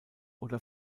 oder